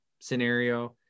scenario